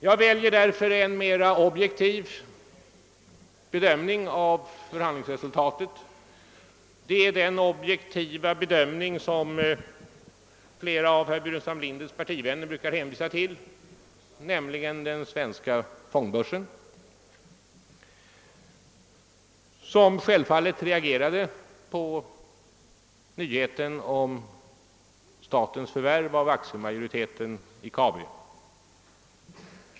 Jag väljer därför en mer objektiv bedömning av = förhandlingsresultatet, nämligen den objektiva värdering som flera av herr Burenstam Linders partivänner brukar hänvisa till, d. v. s. den svenska fondbörsen, som självfallet reagerade på nyheten om statens förvärv av aktiemajoriteten i Kabi.